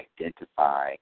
identify